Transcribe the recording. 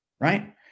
Right